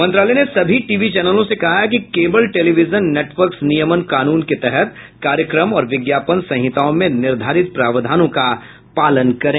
मंत्रालय ने सभी टी वी चैनलों से कहा है कि केबल टेलीविजन नेटर्वक्स नियमन कानून के तहत कार्यक्रम और विज्ञापन संहिताओं में निर्धारित प्रावधानों का पालन करें